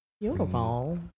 Beautiful